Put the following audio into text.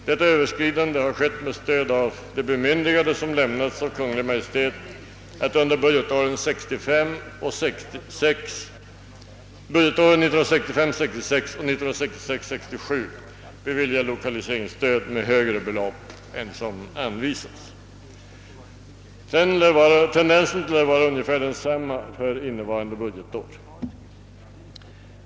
Detta överskridande har skett med stöd av det bemyndigande som lämnades åt Kungl. Maj:t att under budgetåren 1965 67 bevilja lokaliseringsstöd med högre belopp än vad som anvisats. Tendensen lär vara ungefär densamma för innevarande budgetår.